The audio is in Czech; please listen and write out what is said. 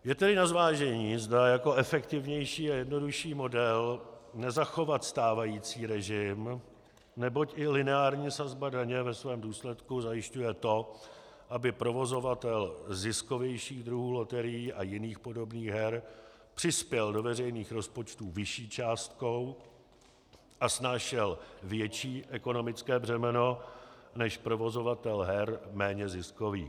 Je tedy na zvážení, zda jako efektivnější a jednodušší model nezachovat stávající režim, neboť i lineární sazba daně ve svém důsledku zajišťuje to, aby provozovatel ziskovějších druhů loterií a jiných podobných her přispěl do veřejných rozpočtů vyšší částkou a snášel větší ekonomické břemeno než provozovatel her méně ziskových.